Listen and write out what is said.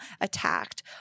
attacked